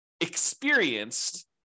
experienced